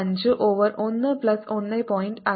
5 over 1 plus 1